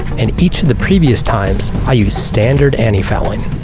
and each of the previous times i use standard antifouling.